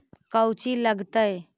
कौची लगतय?